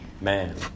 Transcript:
man